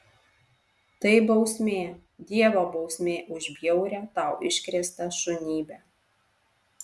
tai bausmė dievo bausmė už bjaurią tau iškrėstą šunybę